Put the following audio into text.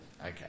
okay